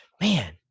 man